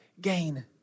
gain